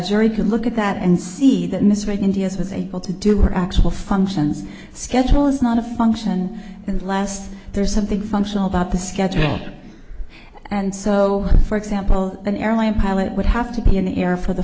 eureka look at that and see that in this raid india's was able to do were actual functions schedule is not a function unless there's something functional about the schedule and so for example an airline pilot would have to be in the air for the